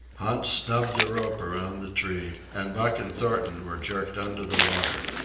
hans snubbed the rope around the tree, and buck and thornton were jerked under the water.